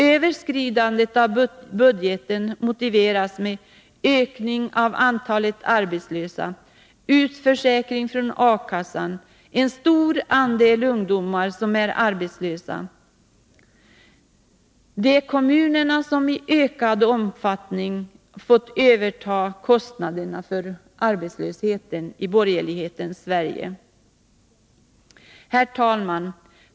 Överskridandet av budgeten motiveras med ökningen av antalet arbetslösa, utförsäkring från a-kassan och en stor andel ungdomar som är arbetslösa. Det är kommunerna som i ökad omfattning fått överta kostnaderna för arbetslösheten i borgerlighetens Sverige. Herr talman!